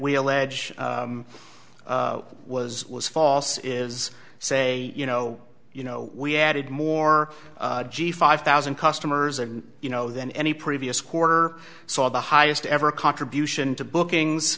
allege was was false is say you know you know we added more g five thousand customers and you know than any previous quarter saw the highest ever contribution to bookings